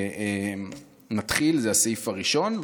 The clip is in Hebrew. נתחיל בסעיף הראשון,